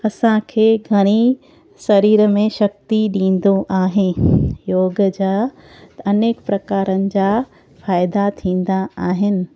असांखे घणे ई शरीर में शक्ती ॾींदो आहे योग जा अनेक प्रकारनि जा फ़ाइदा थींदा आहिनि